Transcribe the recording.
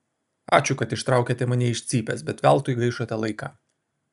ačiū kad ištraukėte mane iš cypės bet veltui gaišote laiką